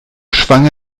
schwang